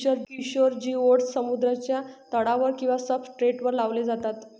Kishore geodes समुद्राच्या तळावर किंवा सब्सट्रेटवर लावले जातात